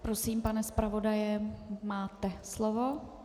Prosím, pane zpravodaji, máte slovo.